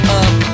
up